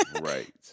right